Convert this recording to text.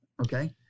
Okay